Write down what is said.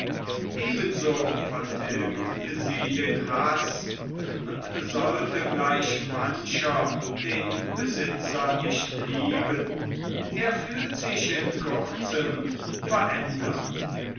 ebenso vertilgt sie den haß und sollte gleich mancher den besitzer nicht lieben er fühlt sich in kurzem verändert